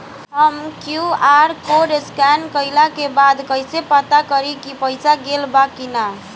हम QR code scan कइला के बाद कइसे पता करि की पईसा गेल बा की न?